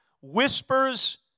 whispers